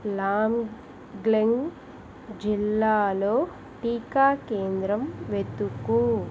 లాంగ్లెంగ్ జిల్లాలో టీకా కేంద్రం వెతుకు